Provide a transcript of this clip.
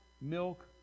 milk